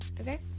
okay